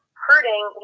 hurting